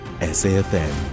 SAFM